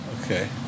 okay